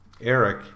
Eric